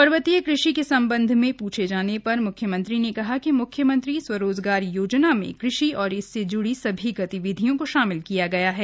पर्वतीय कृषि के संबंध में पूछे जाने पर मुख्यमंत्री ने कहा कि मुख्यमंत्री स्वरोजगार योजना में कृषि और इससे ज्ड़ी सभी गतिविधियों को शामिल किया गया है